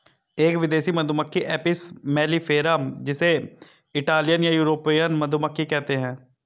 एक विदेशी मधुमक्खी एपिस मेलिफेरा जिसे इटालियन या यूरोपियन मधुमक्खी कहते है